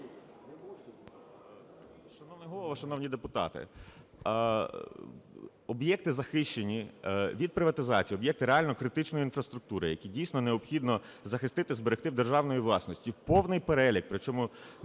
Шановний Голово, шановні депутати! Об'єкти захищені від приватизації, об'єкти реально критичної інфраструктури, які дійсно необхідно захистити, зберегти в державній власності. Повний перелік, причому